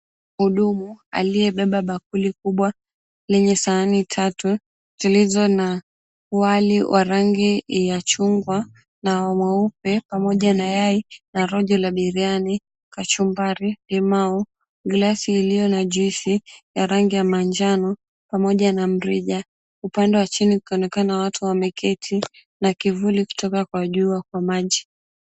Mhudumu aliyebeba bakuli kubwa lenye sahani tatu zilizo na wali wa rangi ya chungwa na mweupe pamoja na yai na rojo la biriani, kachumbari, limau, glasi iliyo na juisi ya rangi ya manjano pamoja na mrija upande wa chini kukionekana watu wameketi na kivuli kikitoka kwa jua kwa maji.